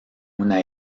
una